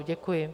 Děkuji.